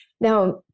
Now